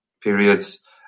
periods